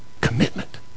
commitment